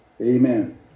Amen